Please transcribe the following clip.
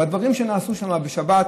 הדברים שנעשו שם בשבת,